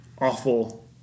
awful